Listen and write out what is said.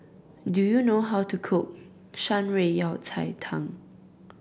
do you know how to cook Shan Rui Yao Cai Tang